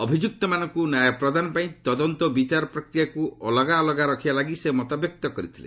ଅଭିଯୁକ୍ତମାନଙ୍କୁ ନ୍ୟାୟ ପ୍ରଦାନ ପାଇଁ ତଦନ୍ତ ଓ ବିଚାର ପ୍ରକ୍ରିୟାକୁ ଅଲଗା ଅଲଗା ରଖିବା ଲାଗି ସେ ମତବ୍ୟକ୍ତ କରିଥିଲେ